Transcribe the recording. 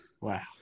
Wow